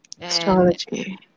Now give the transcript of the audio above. Astrology